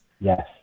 yes